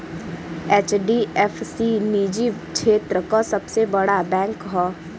HDFC निजी क्षेत्र क सबसे बड़ा बैंक हौ